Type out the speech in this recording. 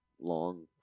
long